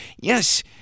yes